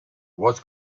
was